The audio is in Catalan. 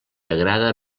agrada